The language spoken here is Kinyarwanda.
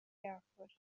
yakora